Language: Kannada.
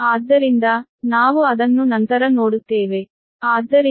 ನಾವು ಅದನ್ನು ನಂತರ ನೋಡುತ್ತೇವೆ